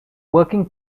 working